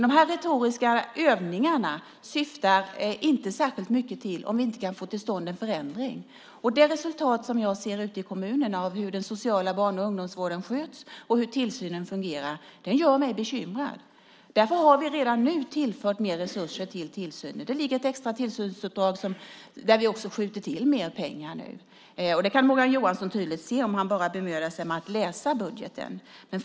De här retoriska övningarna nyttar inte särskilt mycket till om vi inte kan få till stånd en förändring. Det resultat som jag ser ute i kommunerna av hur den sociala barn och ungdomsvården sköts och hur tillsynen fungerar gör mig bekymrad. Därför har vi redan nu tillfört mer resurser till tillsynen. Det ligger ett extra tillsynsuppdrag där vi också skjuter till mer pengar nu. Morgan Johansson kan tydligt se det om han bara bemödar sig att läsa budgeten.